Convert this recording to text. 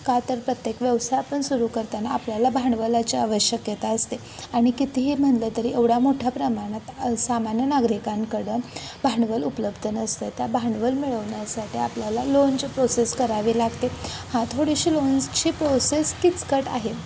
का तर प्रत्येक व्यवसाय पण सुरू करताना आपल्याला भांडवलाची आवश्यकता असते आणि कितीही म्हणलं तरी एवढ्या मोठ्या प्रमाणात सामान्य नागरिकांकडं भांडवल उपलब्ध नसतं आहे त्या भांडवल मिळवण्यासाठी ते आपल्याला लोनचे प्रोसेस करावे लागते हा थोडीशी लोन्सची प्रोसेस किचकट आहे